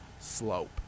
slope